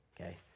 Okay